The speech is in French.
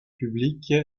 publique